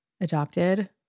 adopted